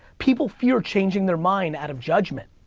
people fear changing their mind out of judgment.